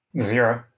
Zero